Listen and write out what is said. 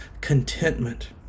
contentment